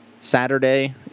Saturday